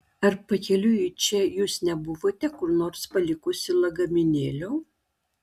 ar pakeliui į čia jūs nebuvote kur nors palikusi lagaminėlio